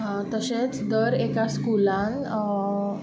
तशेंच दर एका स्कुलान